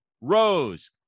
Rose